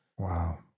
Wow